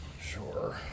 Sure